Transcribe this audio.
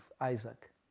Isaac